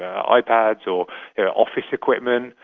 um ipads or office equipment,